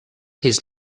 his